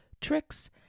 tricks